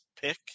pick